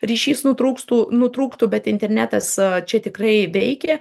ryšys nutrūkstų nutrūktų bet internetas čia tikrai veikia